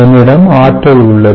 என்னிடம் ஆற்றல் உள்ளது